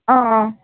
ఆ ఆ